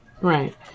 Right